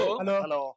hello